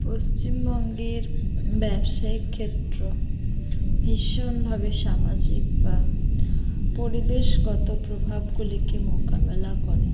পশ্চিমবঙ্গের ব্যবসায়িক ক্ষেত্র ভীষণভাবে সামাজিক বা পরিবেশগত প্রভাবগুলিকে মোকাবেলা করে